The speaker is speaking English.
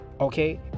Okay